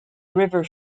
river